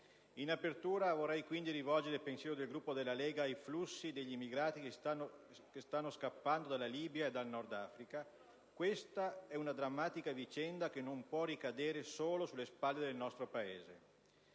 In apertura vorrei quindi rivolgere il pensiero del Gruppo della Lega ai flussi degli immigrati che stanno scappando dalla Libia e dal Nord Africa. Questa drammatica vicenda non può ricadere solo sulle spalle del nostro Paese.